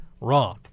raw